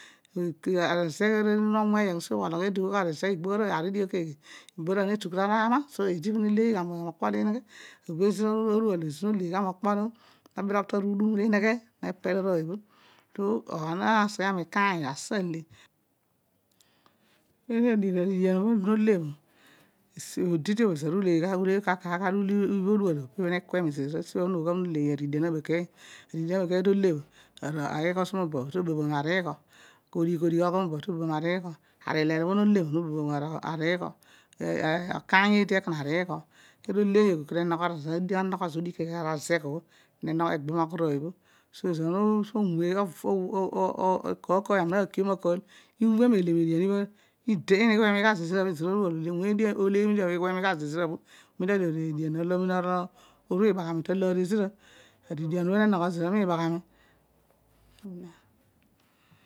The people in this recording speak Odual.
Kiki ara zigh obho no nwii yogh, ologh eedi ughol ari ezigh igbogh arooy aar obho idighi obho keghe egbogh arooy ne tugh fer ara ama cedi re ohba na lezy gha mokpo olo ineghe, obho ezira obho odual obho ezira obho odual obho eziva no lecy gha molapo pro nobirogh fa arudum ineghe rooy obho po ana nasegho mikaang asa ale unitelligible edian obho ezira nole obro, i didi obh ezour heey ghar kar kar ito úmin, esibha no bery aridian ara be rkeeny eelian abekeeny obho to le bho ara ighe asumabobh to bairogh ari ighe amabobh na ringhi okasny cedi olaona gho keeli to the ogho karoghe bho omiin, omiin, no leeyogh wezo uteeny teeny ezo lav odighi akona iolo okar odighi ami ulogomio, na razigh obho nabimugh rooy obho utu omiin ezo ogho̱ abrabatoh ala maar mu asi, esibha ami kiom ma kal kun inki amaarilucy obho ezira no leeyogh obho ideny che meedian obho ighuemighe ezira bho to ming oleeyy aridian olo oru baghatni talour ezira aridian bho nemoglo zira mi baghami ne muneen.